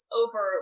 over